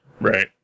Right